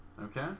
Okay